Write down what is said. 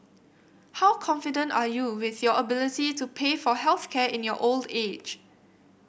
how confident are you with your ability to pay for health care in your old age